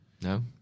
No